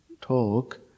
talk